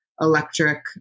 electric